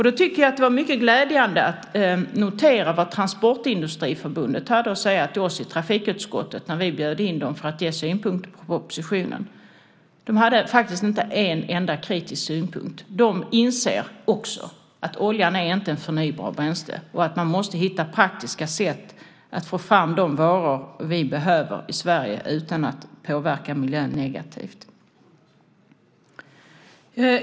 Därför var det mycket glädjande att notera vad Transportindustriförbundet hade att säga till oss i trafikutskottet när vi bjöd in dem för att ge synpunkter på propositionen. De hade faktiskt inte en enda kritisk synpunkt. De inser också att oljan inte är ett förnybart bränsle och att man måste hitta praktiska sätt att få fram de varor vi behöver i Sverige utan att påverka miljön negativt.